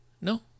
No